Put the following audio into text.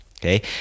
okay